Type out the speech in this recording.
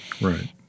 right